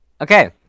Okay